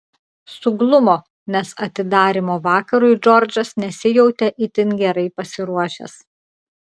suglumo nes atidarymo vakarui džordžas nesijautė itin gerai pasiruošęs